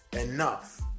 enough